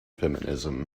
feminism